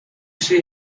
see